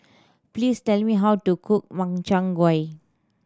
please tell me how to cook Makchang Gui